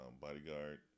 bodyguard